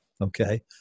Okay